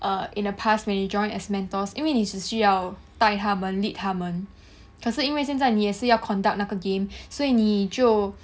err in the past when we joined as mentors 因为你只需要带他们 lead 他们可是因为现在你也是要 conduct 那个 game 所以你就